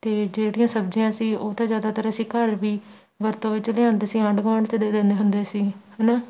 ਅਤੇ ਜਿਹੜੀਆਂ ਸਬਜ਼ੀਆਂ ਸੀ ਉਹ ਤਾਂ ਜ਼ਿਆਦਾਤਰ ਅਸੀਂ ਘਰ ਵੀ ਵਰਤੋਂ ਵਿੱਚ ਲਿਆਉਂਦੇ ਸੀ ਆਂਢ ਗੁਆਂਢ 'ਚ ਦੇ ਦਿੰਦੇ ਹੁੰਦੇ ਸੀ ਹੈ ਨਾ